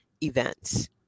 events